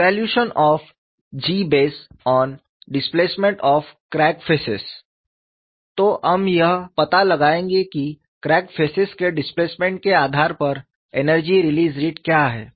evaluation of G based on displacement of crack faces तो हम यह पता लगाएंगे कि क्रैक फेसेस के डिस्प्लेसमेंट के आधार पर एनर्जी रिलीज़ रेट क्या है